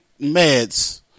meds